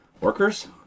workers